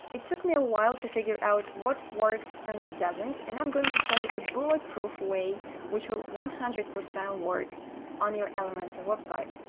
it took me a while to figure out what works and what doesn't. and i'm going to show you a bulletproof way which will one hundred percent work on your elementor website.